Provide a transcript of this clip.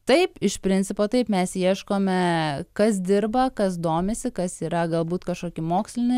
taip iš principo taip mes ieškome kas dirba kas domisi kas yra galbūt kažkokį mokslinį